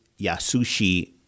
Yasushi